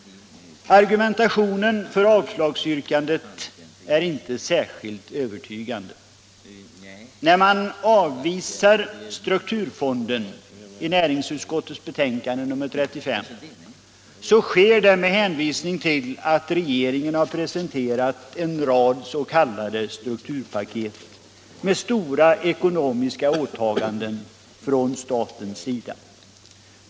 Argumentationen för avslagsyrkandet är inte särskilt övertygande. När man avvisar strukturfonden i näringsutskottets betänkande nr 35 sker det med hänvisning till att regeringen presenterat en rad s.k. strukturpaket med stora ekonomiska åtaganden från statens sida.